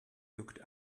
looked